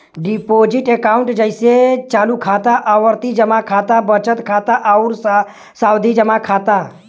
deposit account जइसे चालू खाता, आवर्ती जमा खाता, बचत खाता आउर सावधि जमा खाता